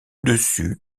dessus